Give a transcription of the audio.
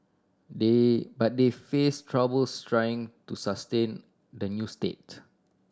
they but they face troubles trying to sustain the new state